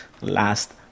last